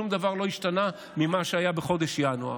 ושום דבר לא השתנה ממה שהיה בחודש ינואר,